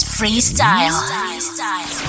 Freestyle